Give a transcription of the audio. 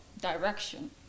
direction